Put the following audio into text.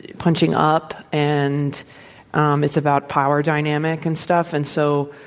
punching up. and um it's about power dynamic and stuff. and so,